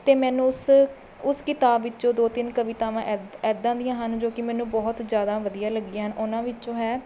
ਅਤੇ ਮੈਨੂੰ ਉਸ ਉਸ ਕਿਤਾਬ ਵਿੱਚੋਂ ਦੋ ਤਿੰਨ ਕਵਿਤਾਵਾਂ ਐਦ ਐਦਾਂ ਦੀਆਂ ਹਨ ਜੋ ਕਿ ਮੈਨੂੰ ਬਹੁਤ ਜ਼ਿਆਦਾ ਵਧੀਆ ਲੱਗੀਆਂ ਹਨ ਉਹਨਾਂ ਵਿੱਚੋਂ ਹੈ